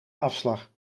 afslag